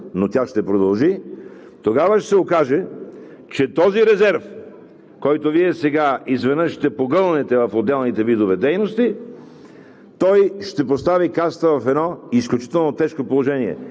с постепенното отзвучаване на кризата през следващите месеци, надявам се, но тя ще продължи, тогава ще се окаже, че този резерв изведнъж ще погълнете в отделните видове дейности